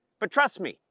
but trust me,